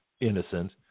innocent